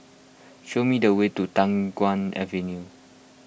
show me the way to Guan Avenue